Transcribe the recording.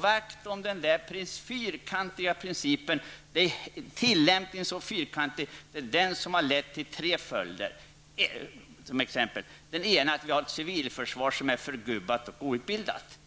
Vaktslåendet kring den fyrkantiga tillämpningen har fått tre följder. För det första har det lett till att vi har ett civilförsvar som är förgubbat och outbildat.